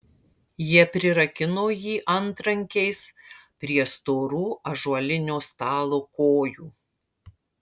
jie prirakino jį antrankiais prie storų ąžuolinio stalo kojų